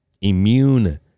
Immune